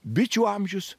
bičių amžius